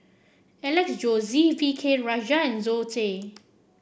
Alex Josey V K Rajah and Zoe Tay